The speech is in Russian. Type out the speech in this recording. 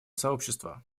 сообщество